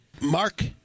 Mark